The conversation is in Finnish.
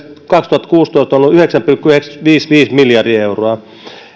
kaksituhattakuusitoista on ollut yhdeksän pilkku yhdeksänsataaviisikymmentäviisi miljardia euroa